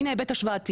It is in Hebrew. הנה היבט השוואתי,